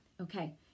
Okay